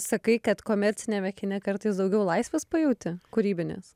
sakai kad komerciniame kine kartais daugiau laisvės pajauti kūrybinės